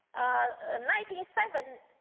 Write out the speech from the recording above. ah ninety seven